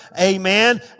Amen